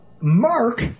Mark